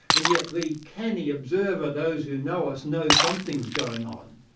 and yet the canny observer, those who know us know something's going on.